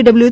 W